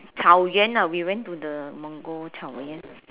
草原 ah we went to the Mongol 草原